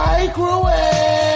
Microwave